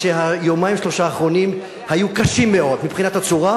שהיומיים-שלושה האחרונים היו קשים מאוד מבחינת הצורה.